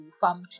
Farm